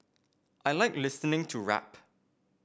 I like listening to rap